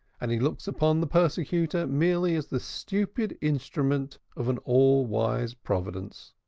and he looks upon the persecutor merely as the stupid instrument of an all-wise providence.